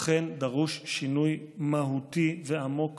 אכן דרוש שינוי מהותי ועמוק